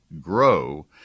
GROW